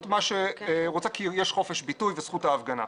מה שהוא רוצה כי יש חופש ביטוי וזכות ההפגנה.